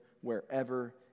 wherever